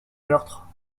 meurtre